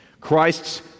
Christ's